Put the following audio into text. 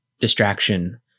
distraction